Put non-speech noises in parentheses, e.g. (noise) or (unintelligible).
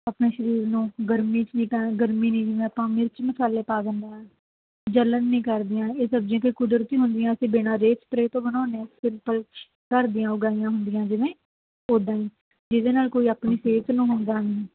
ਆਪਣੇ ਸਰੀਰ ਨੂੰ ਗਰਮੀ 'ਚ ਨਹੀਂ ਤਾਂ ਗਰਮੀ ਨੇ ਜਿਵੇਂ ਆਪਾਂ ਮਿਰਚ ਮਸਾਲੇ ਪਾ ਦਿੰਦੇ ਆ ਜਲਨ ਨਹੀਂ ਕਰਦੀਆਂ ਇਹ ਸਬਜ਼ੀਆਂ ਕਈ ਕੁਦਰਤੀ ਹੁੰਦੀਆਂ ਅਸੀਂ ਬਿਨਾਂ ਰੇਅ ਸਪਰੇ ਤੋਂ ਬਣਾਉਂਦੇ ਹਾਂ ਸਿੰਪਲ ਘਰ ਦੀਆਂ ਉਗਾਈਆਂ ਹੁੰਦੀਆਂ ਜਿਵੇਂ ਉੱਦਾਂ ਹੀ ਜਿਹਦੇ ਨਾਲ ਕੋਈ ਆਪਣੀ ਸਿਹਤ ਨੂੰ (unintelligible) ਹੁੰਦਾ ਨਹੀਂ